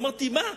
אבל אמרתי: מה,